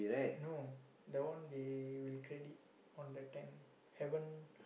no the one they will credit on the tenth haven't